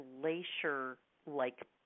glacier-like